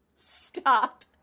Stop